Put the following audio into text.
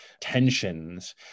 tensions